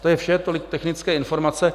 To je vše, tolik technické informace.